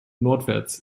nordwärts